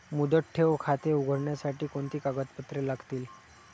मुदत ठेव खाते उघडण्यासाठी कोणती कागदपत्रे लागतील?